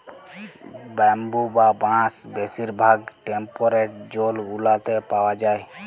bamboo বা বাঁশ বেশির ভাগ টেম্পরেট জোল গুলাতে পাউয়া যায়